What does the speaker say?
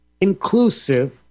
inclusive